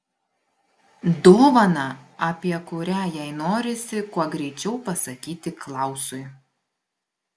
dovaną apie kurią jai norisi kuo greičiau pasakyti klausui